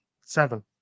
Seven